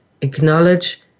Acknowledge